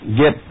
get